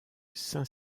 saint